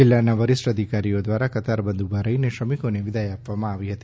જિલ્લાના વરીષ્ઠ અધિકારીશ્રીઓ દ્વારા કતારબંધ ઉભા રહીને શ્રમિકોને વિદાય આપી હતી